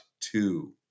two